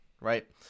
right